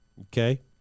Okay